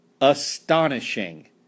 astonishing